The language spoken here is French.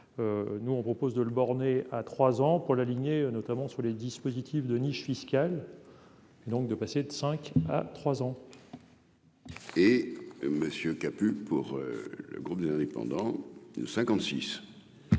nous, on propose de le borner à 3 ans pour la lignée notamment sur les dispositifs de niches fiscales et donc de passer de 5 à 3 ans. Et Monsieur kaput pour le groupe des Indépendants de 56.